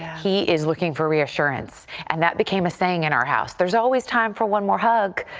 he is looking for reassurance and that became a saying in our house, there is always time for one more hug.